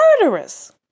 murderous